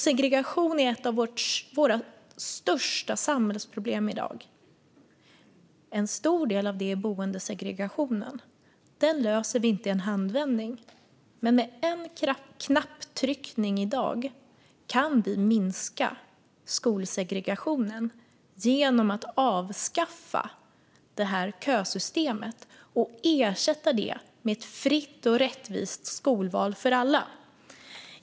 Segregation är ett av våra största samhällsproblem i dag. En stor del handlar om boendesegregationen. Den löser vi inte i en handvändning, men med en knapptryckning kan vi minska skolsegregationen genom att avskaffa kösystemet och ersätta det med ett fritt och rättvist skolval för alla.